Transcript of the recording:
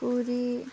Puri